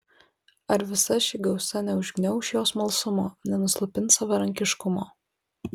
ar visa ši gausa neužgniauš jo smalsumo nenuslopins savarankiškumo